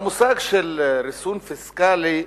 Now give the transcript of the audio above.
המושג של ריסון פיסקלי,